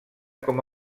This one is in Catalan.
com